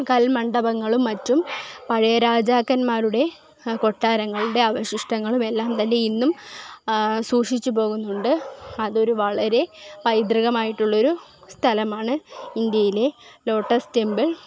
കൽമണ്ഡപങ്ങളും മറ്റും പഴയ രാജാക്കന്മാരുടെ കൊട്ടാരങ്ങളുടെ അവശിഷ്ടങ്ങൾ എല്ലാം തന്നെ ഇന്നും സൂക്ഷിച്ച് പോകുന്നുണ്ട് അതൊരു വളരെ പൈതൃകമായിട്ടുള്ളൊരു സ്ഥലമാണ് ഇന്ത്യയിലെ ലോട്ടസ് ടെമ്പിൾ